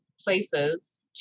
places